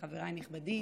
חברי הנכבד,